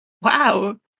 wow